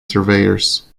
surveyors